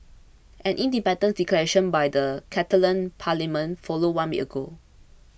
an independence declaration by the Catalan parliament followed one week ago